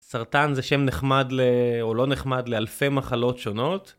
סרטן זה שם נחמד ל... או לא נחמד לאלפי מחלות שונות.